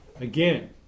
Again